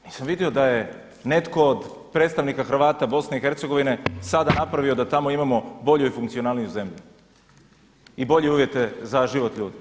Nisam vidio da je netko od predstavnika Hrvata BiH-a sada napravio da tamo imamo bolju i funkcionalniju zemlju i bolje uvjete za život ljudi.